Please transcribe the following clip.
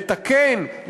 לתקן,